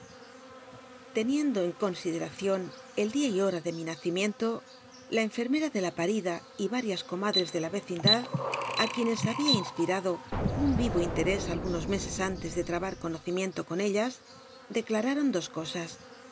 l'cnicndo en considcracion el dia y hora de mi nacimiento la enfermera de la ptuida y varias comadres de la ecindad ti quienes babia inspirado un iro interés algunos mese antes de trabar conocimiento con ellas declamron dos cosas